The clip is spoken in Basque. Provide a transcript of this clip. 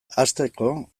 hasteko